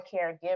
caregivers